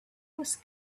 was